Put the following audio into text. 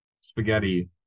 spaghetti